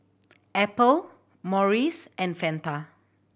Apple Morries and Fanta